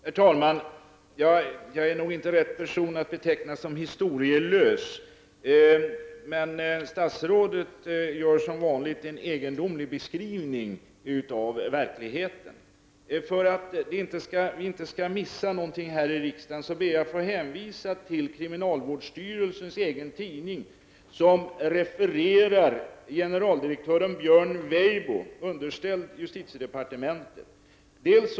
Herr talman! Jag är nog inte rätt person att betecknas som historielös. Men statsrådet gör som vanligt en egendomlig beskrivning av verkligheten. För att vi här i riksdagen inte skall missa något ber jag att få hänvisa till kriminalvårdsstyrelsens egen tidning, i vilken man refererar vad generaldirektören Björn Weibo, som är underställd justitiedepartementet, har sagt.